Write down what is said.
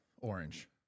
Orange